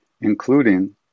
including